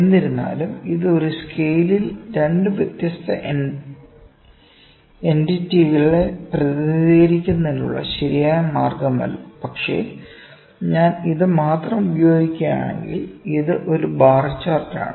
എന്നിരുന്നാലും ഇത് ഒരു സ്കെയിലിൽ 2 വ്യത്യസ്ത എന്റിറ്റികളെ പ്രതിനിധീകരിക്കുന്നതിനുള്ള ശരിയായ മാർഗമല്ല പക്ഷേ ഞാൻ ഇത് മാത്രം ഉപയോഗിക്കുകയാണെങ്കിൽ ഇത് ഒരു ബാർ ചാർട്ട് ആണ്